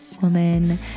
woman